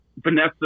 Vanessa